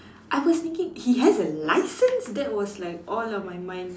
I was thinking he has a licence that was like all of my mind